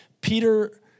Peter